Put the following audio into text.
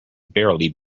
barely